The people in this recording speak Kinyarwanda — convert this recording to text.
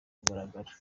kagaragara